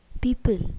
people